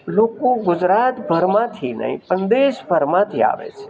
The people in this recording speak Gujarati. લોકો ગુજરાતભરમાંથી નહીં પણ દેશભરમાંથી આવે છે